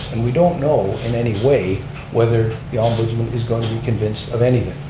and we don't know in any way whether the ombudsman is going to be convinced of anything.